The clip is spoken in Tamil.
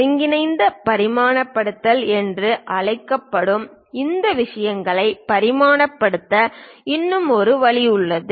ஒருங்கிணைந்த பரிமாணப்படுத்தல் என்று அழைக்கப்படும் இந்த விஷயங்களை பரிமாணப்படுத்த இன்னும் ஒரு வழி உள்ளது